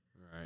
Right